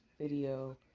video